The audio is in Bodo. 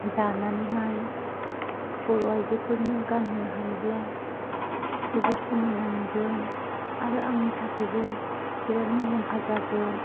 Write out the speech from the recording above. दानानैहाय बर' आइजोफोरनो गानहोनो हायोब्ला जोबोर समायना नुगोन आरो आंनि थाखायबो बिराद मुलाम्फा जागोन